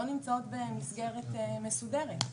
לא נמצאות במסגרת מסודרת.